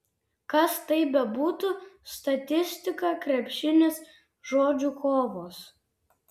kas tai bebūtų statistika krepšinis žodžių kovos